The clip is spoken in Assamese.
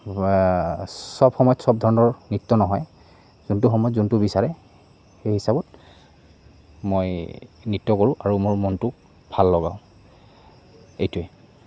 চব সময়ত চব ধৰণৰ নৃত্য নহয় যোনটো সময়ত যোনটো বিচাৰে সেই হিচাপত মই নৃত্য কৰোঁ আৰু মোৰ মনটো ভাল লগাওঁ এইটোৱে